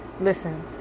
listen